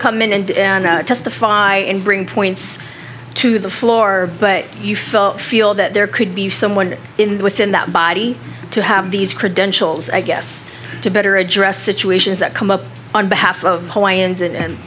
come in and testify and bring points to the floor but you felt feel that there could be someone in the within that body to have these credentials i guess to better address situations that come up on behalf of clients and